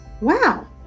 Wow